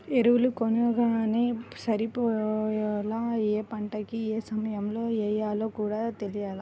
ఎరువులు కొనంగానే సరిపోలా, యే పంటకి యే సమయంలో యెయ్యాలో కూడా తెలియాల